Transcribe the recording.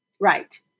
Right